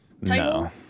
No